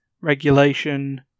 regulation